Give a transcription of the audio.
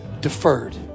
deferred